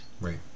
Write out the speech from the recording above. Right